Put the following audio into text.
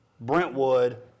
Brentwood